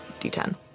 D10